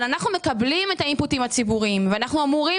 אבל אנחנו מקבלים אינפוט ציבורי ואנחנו אמורים